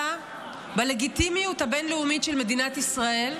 אנושה בלגיטימיות הבין-לאומית של מדינת ישראל,